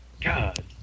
God